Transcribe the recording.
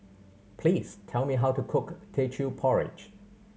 please tell me how to cook Teochew Porridge